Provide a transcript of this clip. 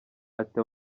ati